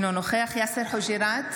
אינו נוכח יאסר חוג'יראת,